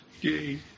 yay